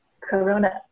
Corona